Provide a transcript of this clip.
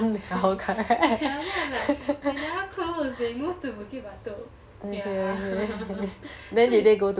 ya lah then I'm like they moved to bukit batok ya so